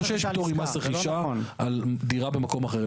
זה לא שיש פטור ממס רכישה על דירה במקום אחר.